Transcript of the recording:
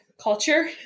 culture